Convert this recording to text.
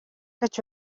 гэж